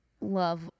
love